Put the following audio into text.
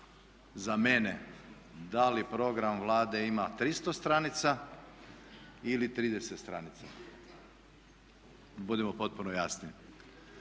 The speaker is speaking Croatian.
za mene da li program Vlade ima 300 stranica ili 30 stranica. Budimo potpuno jasni.